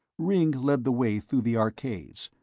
ringg led the way through the arcades,